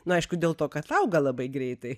na aišku dėl to kad auga labai greitai